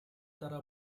дараа